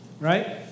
right